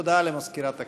הודעה למזכירת הכנסת.